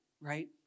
right